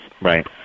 Right